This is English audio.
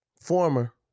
Former